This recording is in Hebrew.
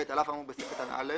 (ב) על אף האמור בסעיף קטן (א)